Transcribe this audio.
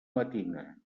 matina